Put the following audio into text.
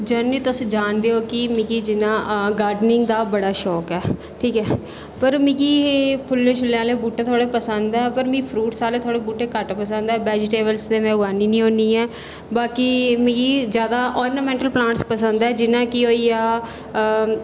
जियां तुस जानदे ओ कि मिगी जियां गार्डनिंग दा बड़ा शौक ऐ ठीक ऐ पर मिगी एह् फुल्लें शुल्लें आह्लें बूह्टे थोह्ड़े पसंद ऐ पर मिगी फ्रूट्स आह्ले बूह्टे थोह्ड़े घट्ट पसंद ऐ वेज़ीटेबल ते में उगानी निं होन्नी आं बाकी मिगी जादै आर्नामेंटल प्लांट्स पसंद ऐ जियां कि होई गेआ